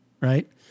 right